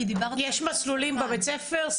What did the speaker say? יש מסלולים בבית הספר?